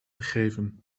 gegeven